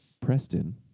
Preston